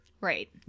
Right